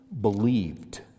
believed